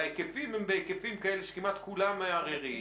וההיקפים הם היקפים כאלה שכמעט כולם מערערים